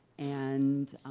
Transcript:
and